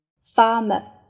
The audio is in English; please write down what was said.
farmer